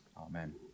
Amen